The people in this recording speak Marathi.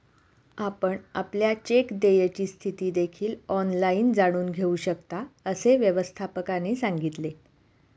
आपण आपल्या चेक देयची स्थिती देखील ऑनलाइन जाणून घेऊ शकता, असे व्यवस्थापकाने सांगितले